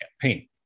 campaign